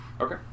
Okay